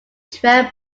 trail